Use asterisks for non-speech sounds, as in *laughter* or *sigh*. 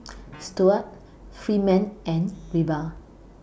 *noise* Stuart Freeman and Reba